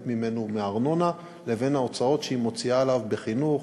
ממנו מארנונה לבין ההוצאות שהיא מוציאה עליו בחינוך,